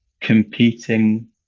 competing